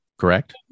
correct